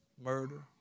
murder